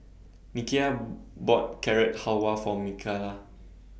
Nikia bought Carrot Halwa For Mikala